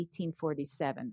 1847